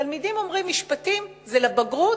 תלמידים אומרים משפטים כמו: זה לבגרות?